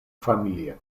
familion